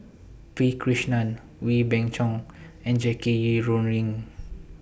P Krishnan Wee Beng Chong and Jackie Yi Ru Ying